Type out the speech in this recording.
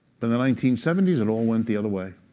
but the nineteen seventy s, it all went the other way.